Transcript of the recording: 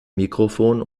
mikrofon